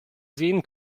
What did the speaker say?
sehen